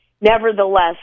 Nevertheless